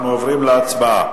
אנחנו עוברים להצבעה.